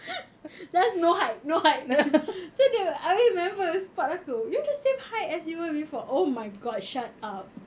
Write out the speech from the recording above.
just no height no height then they were I only remember spot aku you're the same height as you were before oh my god shut up